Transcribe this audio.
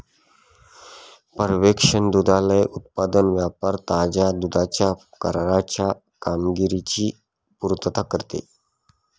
पर्यवेक्षण दुग्धालय उत्पादन व्यापार ताज्या दुधाच्या कराराच्या कामगिरीची पुर्तता करते